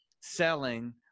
selling